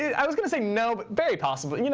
i was going to say no, but very possible. you know